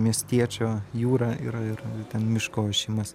miestiečio jūra yra ir ten miško ošimas